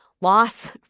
loss